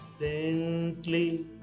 Gently